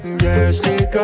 Jessica